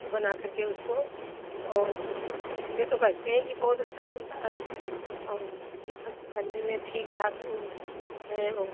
और बनाकर के उसको और सब देखते तो कहते हैं कि बहुत अच्छा बनता है और ये सब करने में ठीक ठाक वो हैं ओ